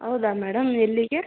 ಹೌದಾ ಮೇಡಮ್ ಎಲ್ಲಿಗೆ